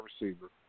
receiver